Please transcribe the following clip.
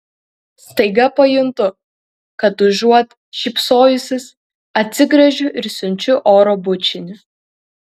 staiga pajuntu kad užuot šypsojusis atsigręžiu ir siunčiu oro bučinį